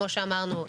כמו שאמרנו,